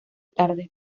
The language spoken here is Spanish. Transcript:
tarde